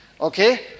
Okay